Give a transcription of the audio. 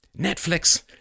Netflix